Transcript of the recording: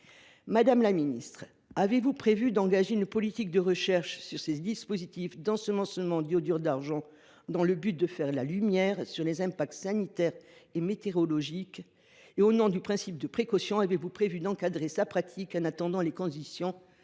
Madame la ministre, avez vous prévu d’engager une politique de recherche sur les dispositifs d’ensemencement par l’iodure d’argent afin de faire la lumière sur leurs effets sanitaires et météorologiques ? Par ailleurs, au nom du principe de précaution, avez vous prévu d’encadrer cette pratique en attendant les conclusions